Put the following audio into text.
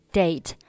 date